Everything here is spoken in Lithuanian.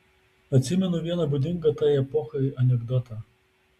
atsimenu vieną būdingą tai epochai anekdotą